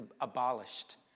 abolished